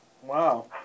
Wow